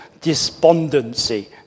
despondency